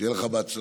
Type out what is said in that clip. שיהיה לך בהצלחה